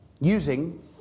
using